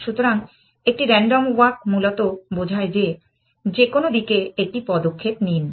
সুতরাং একটি random walk মূলত বোঝায় যে যেকোনো দিকে একটি পদক্ষেপ নিন